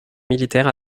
militaires